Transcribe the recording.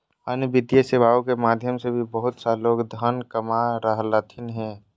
अन्य वित्तीय सेवाएं के माध्यम से बहुत सा लोग धन कमा रहलथिन हें